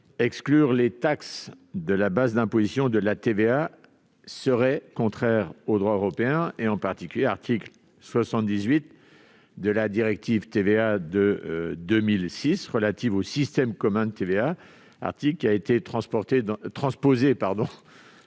exclure les taxes de la base d'imposition de la TVA serait contraire au droit européen, en particulier à l'article 78 de la directive 2006/112/CE relative au système commun de taxe sur la valeur ajoutée, qui a été transposé